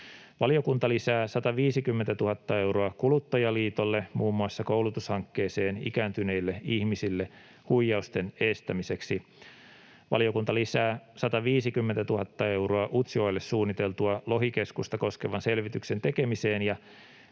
Valiokunta lisää 150 000 euroa Kuluttajaliitolle muun muassa koulutushankkeeseen ikääntyneille ihmisille huijausten estämiseksi. Valiokunta lisää 150 000 euroa Utsjoelle suunniteltua Lohikeskusta koskevan selvityksen tekemiseen ja